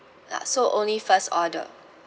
ah so only first order